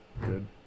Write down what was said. good